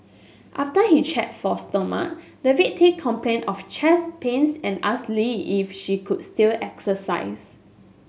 after he checked for stomach the victim complained of chest pains and asked Lee if she could still exercise